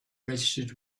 registered